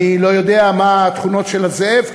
אני לא יודע מה התכונות של הזאב,